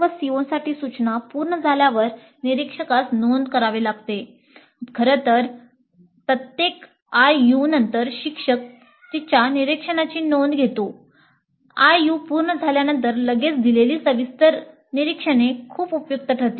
IU पूर्ण झाल्यानंतर लगेच दिलेली सविस्तर निरीक्षणे खूप उपयुक्त ठरतील